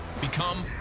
Become